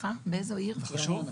זה חשוב?